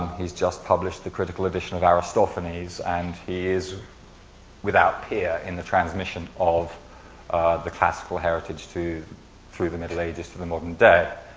he's just published the critical edition of aristophanes and he is without peer in the transmission of the classical heritage through the middle ages to the modern day.